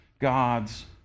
God's